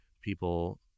people